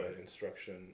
instruction